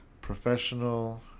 professional